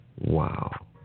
wow